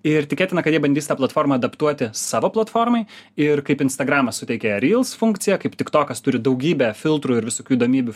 ir tikėtina bandys tą platformą adaptuoti savo platformai ir kaip instagramas suteikė reels funkciją kaip tik tiktokas turi daugybę filtrų ir visokių įdomybių